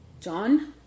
John